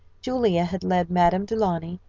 julia had led madame du launy,